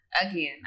Again